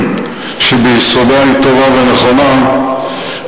שביסודה היא טובה ונכונה,